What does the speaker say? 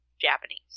Japanese